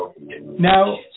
Now